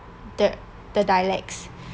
the the dialects